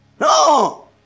No